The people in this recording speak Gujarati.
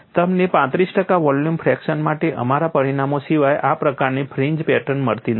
તમને 35 ટકા વોલ્યુમ ફ્રેક્શન માટે અમારા પરિણામો સિવાય આ પ્રકારની ફ્રિંજ પેટર્ન મળતી નથી